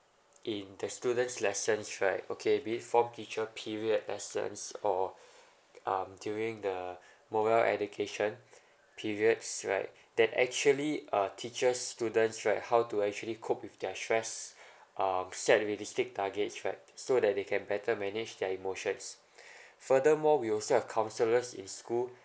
in the students lessons right okay be form teacher period lessons or um during the moral education periods right then actually uh teachers students right how to actually cope with their stress um set realistic targets right so that they can better manage their emotions furthermore we also have counsellors in school